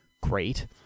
great